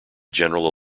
general